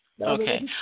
Okay